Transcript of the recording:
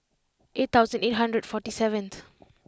eight thousand eight hundred forty seventh